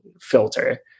filter